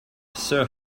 sir